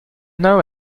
know